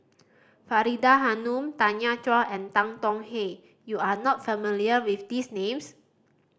Faridah Hanum Tanya Chua and Tan Tong Hye you are not familiar with these names